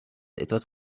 etwas